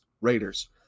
Raiders